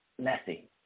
messy